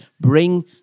bring